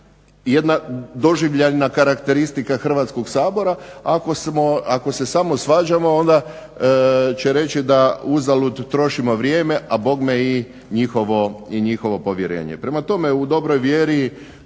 jedna doživljajna karakteristika Hrvatskoga sabora, ako se samo svađamo onda će reći da uzalud trošimo vrijeme, a bogme i njihovo povjerenje. Prema tome u dobroj vjeri